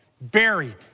buried